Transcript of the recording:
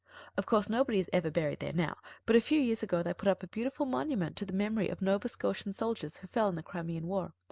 of course, nobody is ever buried there now. but a few years ago they put up a beautiful monument to the memory of nova scotian soldiers who fell in the crimean war.